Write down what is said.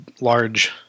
large